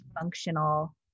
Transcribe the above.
functional